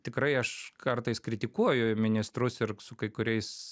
tikrai aš kartais kritikuoju ministrus ir su kai kuriais